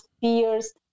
fears